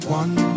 one